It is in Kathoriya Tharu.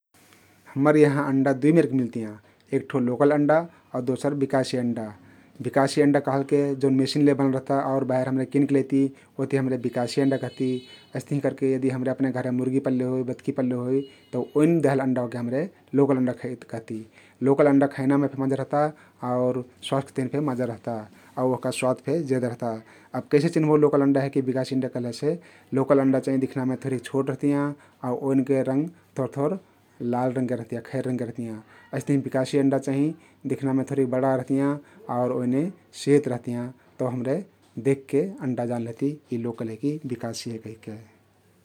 हम्मर यहाँ अण्डा दुई मेरके मिल्तियाँ । एक ठो लोकल अण्डा आउ दोसर बिकासी अण्डा । बिकासी अण्डा कहलके जउन मेसिन लैके बनल रहता आउ हम्रे बाहिति किनके लैती ओहके हम्रे बिकासी अण्डा कहती । अइस्तहिं करके यदि हम्रे अपन घरमे मुर्गी पलले होइ बद्की पलले होई तउ ओइन देहल अण्डा ओहके हम्रे लोकल अण्डा कहती । लोकल अण्डा खैनामे फे मजा रहता आउर स्वास्थ्य के तहिन फे मजा रहता आउ ओहका स्वाद फे जेदा रहता । अब कैसे चिन्हबो लोकल अण्डा हइ कि बिकासी अण्डा कहलेसे लोकल अण्डा चाहिं दिख्नामे थोरी छोट रहतियाँ आउ ओइनके रङ्ग थोर थोर लाल रङ्गके रहतियाँ, खैर रङ्गके रहतियाँ । अइस्तहिं बिकासी अण्डा चाहिं दिख्नामे थोरी बडा रहतियाँ आउर ओइने सेत रहतियाँ तउ हम्रे देखके अण्डा जानलेहती यी लोकल हे कि बिकासी कहिके ।